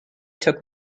took